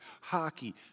hockey